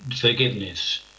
forgiveness